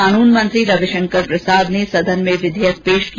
कानून मंत्री रविशंकर प्रसाद ने सदन में विधेयक पेश किया